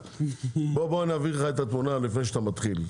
רגע, בוא נבהיר לך את התמונה לפני שאתה מתחיל.